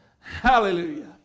Hallelujah